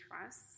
trust